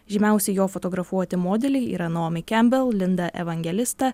žymiausi jo fotografuoti modeliai yra naomi kembel linda evangelista